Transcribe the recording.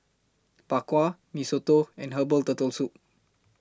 Bak Kwa Mee Soto and Herbal Turtle Soup